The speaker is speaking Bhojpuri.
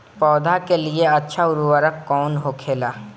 पौधा के लिए अच्छा उर्वरक कउन होखेला?